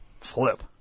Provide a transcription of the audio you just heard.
flip